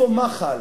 איפה מח"ל?